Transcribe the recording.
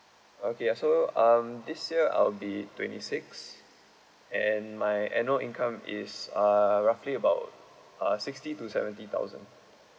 okay ya so um this year I'll be twenty six and my annual income is uh roughly about uh sixty to seventy thousand